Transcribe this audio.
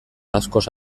askoz